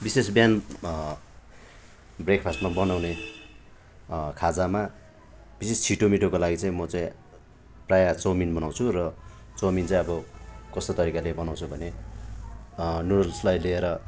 विशेष बिहान ब्रेकफास्टमा बनाउने खाजामा विशेष छिटो मिठोको लागि म चाहिँ प्रायः चाउमिन बनाउँछु र चाउमिन चाहिँ अब कस्तो तरिकाले बनाउँछु भने नुडल्सलाई लिएर